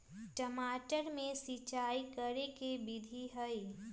टमाटर में सिचाई करे के की विधि हई?